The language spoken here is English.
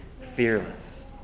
fearless